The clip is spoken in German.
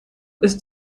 ist